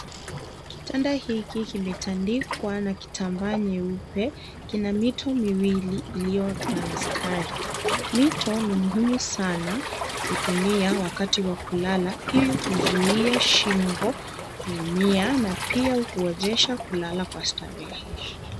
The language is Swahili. Kitanda hiki kimetandikwa na kitambaa nyeupe. Kina mito miwili iliyo na mistari. Mito ni muhimu sana kutumia wakati wa kulala ili kuzuia shingo kuumia na pia kuwezesha kulala kwa starehe.